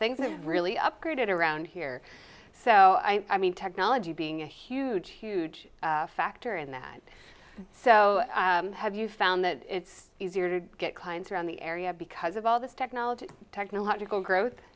things that really upgraded around here so i mean technology being a huge huge factor in that so have you found that it's easier to get clients around the area because of all this technology technological growth